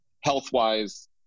health-wise